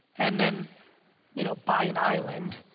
and then you know buy an island,